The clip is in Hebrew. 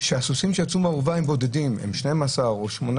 שהסוסים שיצאו מהאורווה הם בודדים, הם 12 או 8,